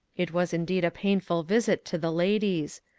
it was indeed a painful visit to the ladies.